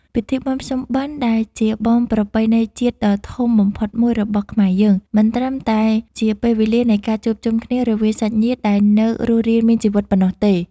ពិធីបុណ្យភ្ជុំបិណ្ឌដែលជាបុណ្យប្រពៃណីជាតិដ៏ធំបំផុតមួយរបស់ខ្មែរយើង មិនត្រឹមតែជាពេលវេលានៃការជួបជុំគ្នារវាងសាច់ញាតិដែលនៅរស់រានមានជីវិតប៉ុណ្ណោះទេ។